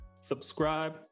subscribe